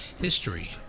history